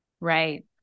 Right